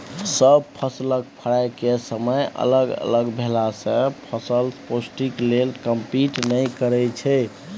सब फसलक फरय केर समय अलग अलग भेलासँ फसल पौष्टिक लेल कंपीट नहि करय छै